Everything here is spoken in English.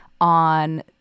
on –